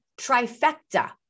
trifecta